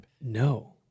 No